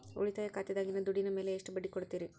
ಉಳಿತಾಯ ಖಾತೆದಾಗಿನ ದುಡ್ಡಿನ ಮ್ಯಾಲೆ ಎಷ್ಟ ಬಡ್ಡಿ ಕೊಡ್ತಿರಿ?